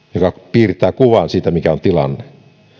piirtää kuvan siitä mikä on tilanne